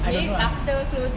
I don't know ah